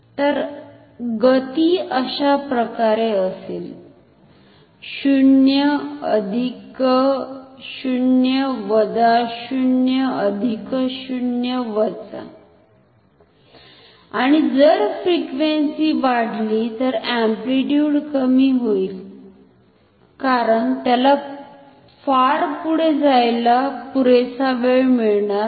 तर गती अशाप्रकारे असेल 0अधिक 0 वजा 0 अधिक 0 वजा आणि जर फ्रिक्वेन्सी वाढली तर अम्प्लिट्युड कमी होईल कारण त्याला फार पुढे जायला पुरेसा वेळ मिळणार नाही